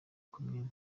komini